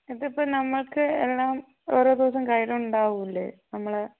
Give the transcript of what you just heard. ഇതിപ്പോൾ നമുക്ക് എല്ലാം ഓരോ ദിവസം കയ്യിലുണ്ടാവും അല്ലേ നമ്മൾ